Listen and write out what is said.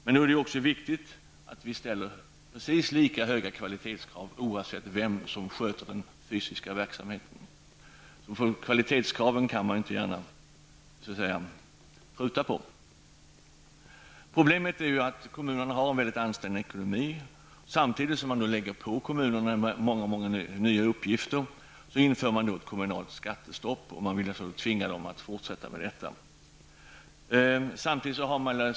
Men det är viktigt att vi ställer precis lika höga kvalitetskrav oavsett vem som sköter den fysiska verksamheten. Kvalitetskraven kan vi inte pruta på. Men problemet är att kommunernas ekonomi är väldigt ansträngd. Samtidigt som man har lagt på kommunerna väldigt många nya uppgifter så har man infört kommunalt skattestopp och tvingar nu kommunerna att fortsätta med det.